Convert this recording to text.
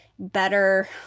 better